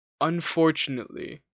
unfortunately